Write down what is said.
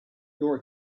your